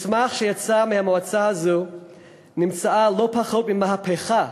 במסמך שיצא מהמועצה הזו נמצאה לא פחות ממהפכה